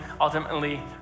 ultimately